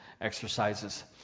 exercises